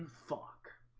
fuck